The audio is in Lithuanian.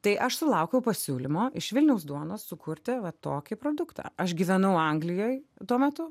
tai aš sulaukiau pasiūlymo iš vilniaus duonos sukurti va tokį produktą aš gyvenau anglijoj tuo metu